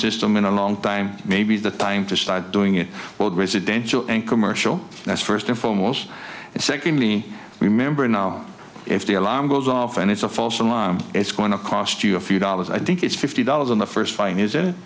system in a long time maybe the time to start doing it well residential and commercial that's first and foremost and secondly remember now if the alarm goes off and it's a false alarm it's going to cost you a few dollars i think it's fifty dollars on the first fine